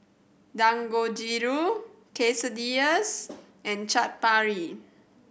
Dangojiru Quesadillas and Chaat Papri